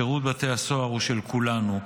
שירות בתי הסוהר הוא של כולנו,